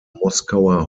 moskauer